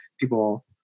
people